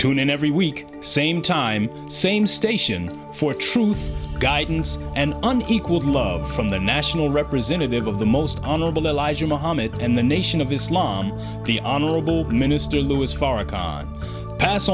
tune in every week same time same station for truth guidance and unequalled love from the national representative of the most vulnerable allies you mohammed and the nation of islam the honorable minister louis farrakhan pass